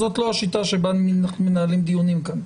השיטה שבה אנחנו מנהלים דיונים כאן.